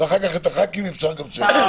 אחר כך את הח"כים ואפשר גם שאלות.